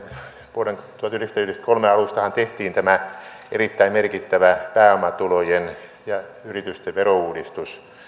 vuoden tuhatyhdeksänsataayhdeksänkymmentäkolme alustahan tehtiin tämä erittäin merkittävä pääomatulojen ja yritysten verouudistus